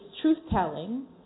truth-telling